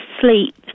sleep